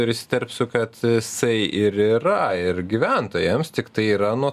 ir įsiterpsiu kad jisai ir yra ir gyventojams tiktai yra nuo